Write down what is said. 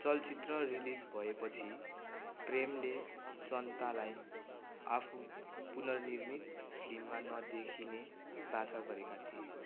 चलचित्र रिलिज भए पछि प्रेमले जनतालाई आफू पुनर्निर्मित फिल्ममा नदेखिने वाचा गरेका थिए